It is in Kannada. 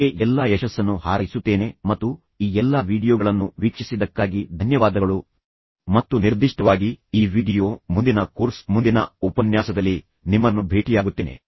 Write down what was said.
ನಿಮಗೆ ಎಲ್ಲಾ ಯಶಸ್ಸನ್ನು ಹಾರೈಸುತ್ತೇನೆ ಮತ್ತು ಈ ಎಲ್ಲಾ ವೀಡಿಯೊಗಳನ್ನು ವೀಕ್ಷಿಸಿದ್ದಕ್ಕಾಗಿ ಧನ್ಯವಾದಗಳು ಮತ್ತು ನಿರ್ದಿಷ್ಟವಾಗಿ ಈ ವೀಡಿಯೊ ಮುಂದಿನ ಕೋರ್ಸ್ ಮುಂದಿನ ಉಪನ್ಯಾಸದಲ್ಲಿ ನಿಮ್ಮನ್ನು ಭೇಟಿಯಾಗುತ್ತೇನೆ